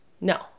no